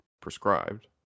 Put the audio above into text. prescribed